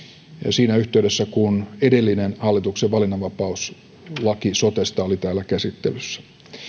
siinä yhteydessä kun edellinen hallituksen valinnanvapauslaki sotesta oli täällä käsittelyssä